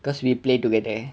cause we play together